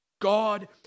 God